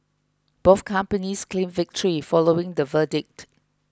both companies claimed victory following the verdict